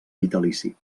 vitalici